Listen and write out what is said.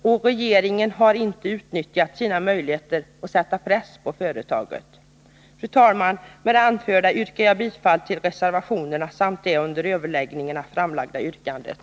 Och regeringen har inte utnyttjat sina möjligheter att sätta press på företaget. Fru talman! Med det anförda yrkar jag bifall till reservationerna samt det under överläggningen framställda yrkandet.